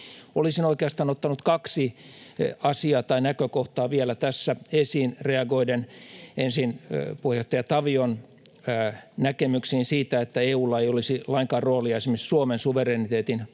Olisin oikeastaan ottanut kaksi asiaa tai näkökohtaa tässä vielä esiin reagoiden ensin puheenjohtaja Tavion näkemyksiin siitä, että EU:lla ei olisi lainkaan roolia esimerkiksi Suomen suvereniteetin puolustamisessa.